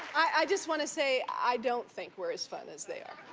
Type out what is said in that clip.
i just want to say, i don't think we're as fun as they are.